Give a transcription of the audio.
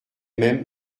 même